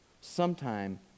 Sometime